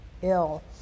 ill